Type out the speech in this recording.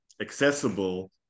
accessible